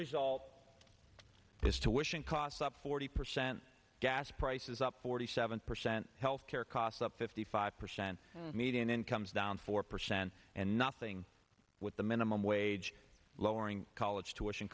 result is to wishing costs up forty percent gas prices up forty seven percent health care costs up fifty five percent median incomes down four percent and nothing with the minimum wage lowering college tuition